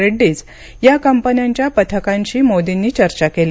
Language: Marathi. रेड्डीज या कंपन्यांच्या पथकांशी त्यांनी चर्चा केली